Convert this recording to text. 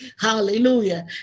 hallelujah